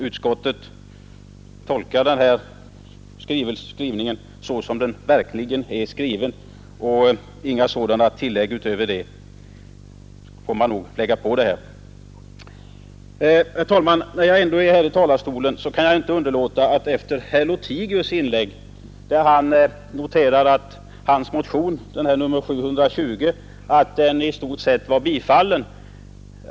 Betänkandet skall tolkas så som det verkligen är formulerat, och därutöver får man inte göra några tillägg. Herr talman! När jag ändå står här i talarstolen kan jag inte underlåta beröra herr Lothigius” inlägg. Han noterade att hans motion nr 720 i stort sett var tillstyrkt.